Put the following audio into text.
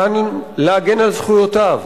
קם להגן על זכויותיו,